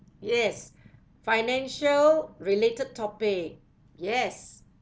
yes financial related topic yes